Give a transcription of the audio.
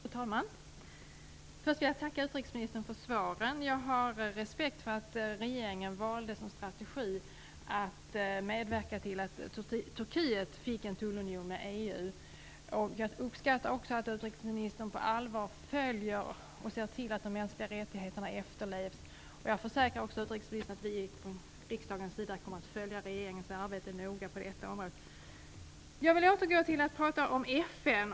Fru talman! Först vill jag tacka utrikesministern för svaren. Jag har respekt för att regeringen valde som strategi att medverka till att Turkiet fick en tullunion med EU. Jag uppskattar också att utrikesministern på allvar följer med när det gäller att se till att de mänskliga rättigheterna efterlevs. Jag försäkrar utrikesministern att vi från risdagens sida noga kommer att följa regeringens arbete på detta område. Jag vill återgå till att prata om FN.